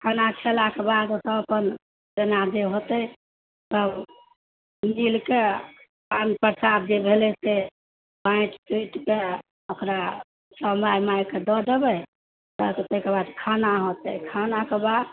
खाना खयलाके बाद ओ सब अपन जेना जे होयतै तब मिलके आगू प्रसाद जे भेलै से बाँटि कूटिके ओकरा सब माइ माइके दऽ देबै आ तेकर बाद खाना होयतै खानाके बाद